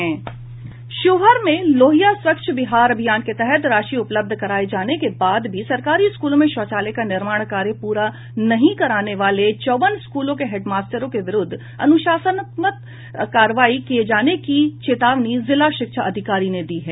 शिवहर में लोहिया स्वच्छ बिहार अभियान के तहत राशि उपलब्ध कराए जाने के बाद भी सरकारी स्कूलों में शौचालय का निर्माण कार्य पूरा नहीं कराने वाले चौवन स्कूलों के हेड मास्टरों के विरुद्ध अनुशासनात्मक कार्रवाई किए जाने की चेतावनी जिला शिक्षा अधिकारी ने दी है